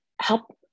help